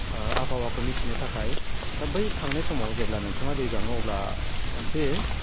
आबहावाखौ मिथिनो थाखाय दा बै थांनाय समाव जेब्ला नोंथाङा दै गाङो अब्ला मोनसे